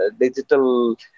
digital